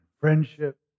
friendship